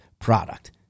product